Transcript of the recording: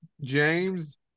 James